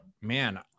man